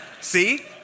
See